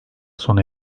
sona